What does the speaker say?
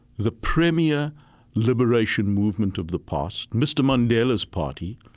the premier liberation movement of the past, mr. mandela's party,